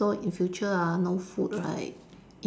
so in future ah no food right